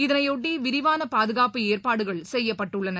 இதனையொட்டி விரிவான பாதுகாப்பு ஏற்பாடுகள் செய்யப்பட்டுள்ளன